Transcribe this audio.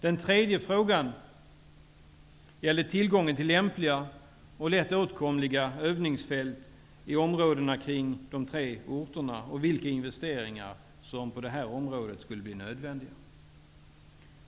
Den tredje frågan gällde tillgången till lämpliga och lätt åtkomliga övningsfält i områdena kring de tre orterna och vilka investeringar som skulle bli nödvändiga på det området.